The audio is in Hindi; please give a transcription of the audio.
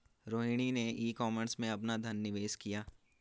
रोहिणी ने ई कॉमर्स में अपना धन निवेश किया